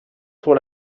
pour